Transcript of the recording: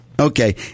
Okay